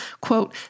Quote